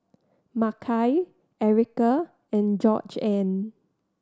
Makai Ericka and Georgeann